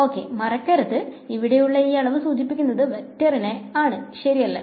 okay മറക്കരുത് ഇവടെ ഉള്ള ഈ അളവ് സൂചിപ്പിക്കുന്നത് വെക്ടറിനെ ആണ് ശെരിയല്ലേ